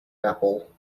apple